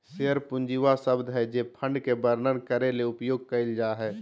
share पूंजी वह शब्द हइ जे फंड के वर्णन करे ले उपयोग कइल जा हइ